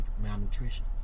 malnutrition